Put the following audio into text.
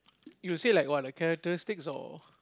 you say like what the characteristics or